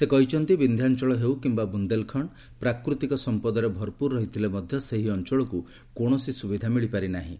ସେ କହିଛନ୍ତି ବିନ୍ଧ୍ୟାଞ୍ଚଳ ହେଉ କିମ୍ବା ବୁନ୍ଦେଲଖଣ୍ଡ ପ୍ରାକୃତିକ ସମ୍ପଦରେ ଭରପୂର ରହିଥିଲେ ମଧ୍ୟ ସେହି ଅଞ୍ଚଳକୁ କୌଣସି ସୁବିଧା ମିଳିପାରି ନାହିଁ